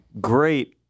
great